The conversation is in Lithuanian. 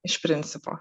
iš principo